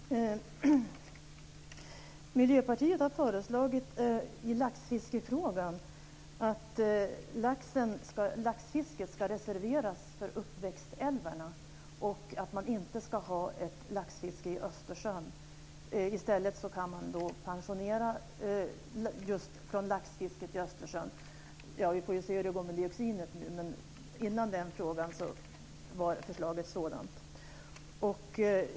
Herr talman! Miljöpartiet har i laxfiskefrågan föreslagit att laxfisket ska reserveras för uppväxtälvarna och att man inte ska ha ett laxfiske i Östersjön. I stället kan man "pensionera" laxfisket i Östersjön. Vi får nu se hur det går med dioxinet, men innan den frågan blev aktuell var förslaget sådant.